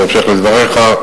גם בהמשך דבריך,